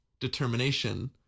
determination